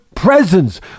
Presents